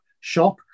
shop